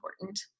important